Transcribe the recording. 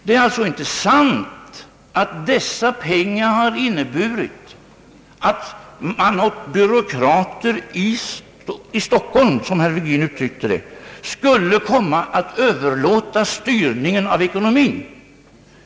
Det är alltså inte sant att dessa pengar har inneburit att man åt byråkrater i Stockholm — som herr Virgin uttryckte det — skulle komma att överlåta styrningen av ekonomin.